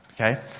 Okay